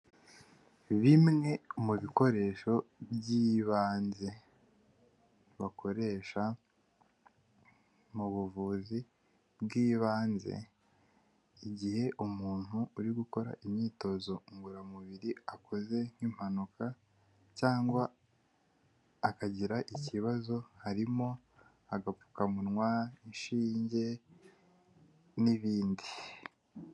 Bimwe mu bikoresho by'ibanze bakoresha mu buvuzi bw'ibanze, igihe umuntu uri gukora imyitozo ngororamubiri akoze nk'impanuka cyangwa akagira ikibazo, harimo agapfukamunwa, inshinge n'ibindi.